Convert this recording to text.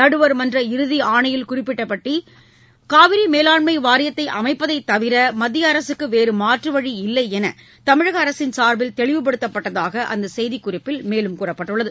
நடுவர்மன்ற இறுதி ஆணையில் குறிப்பிட்டப்படி காவிரி மேலாண்மை வாரியத்தை அமைப்பதை தவிர மத்திய அரசுக்கு வேறு மாற்றுவழி இல்லையென தமிழக அரசின் சார்பில் தெளிவுபடுத்தப்பட்டதாக அந்த செய்திக்குறிப்பில் மேலும் கூறப்பட்டுள்ளது